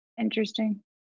interesting